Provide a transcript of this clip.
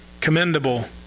commendable